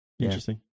Interesting